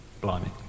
blimey